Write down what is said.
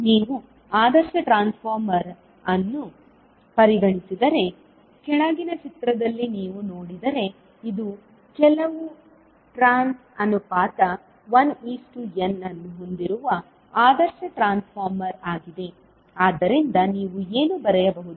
ನೀವು ಆದರ್ಶ ಟ್ರಾನ್ಸ್ಫಾರ್ಮರ್ ಅನ್ನು ಪರಿಗಣಿಸಿದರೆ ಕೆಳಗಿನ ಚಿತ್ರದಲ್ಲಿ ನೀವು ನೋಡಿದರೆ ಇದು ಕೆಲವು ಟ್ರಾನ್ಸ್ ಅನುಪಾತ 1n ಅನ್ನು ಹೊಂದಿರುವ ಆದರ್ಶ ಟ್ರಾನ್ಸ್ಫಾರ್ಮರ್ ಆಗಿದೆ ಆದ್ದರಿಂದ ನೀವು ಏನು ಬರೆಯಬಹುದು